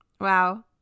Wow